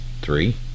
three